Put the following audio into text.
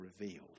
revealed